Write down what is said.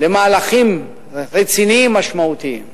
למהלכים רציניים, משמעותיים.